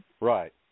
Right